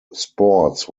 sports